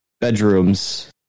bedrooms